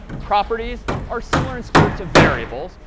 properties are similar in spirit to variables,